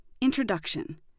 Introduction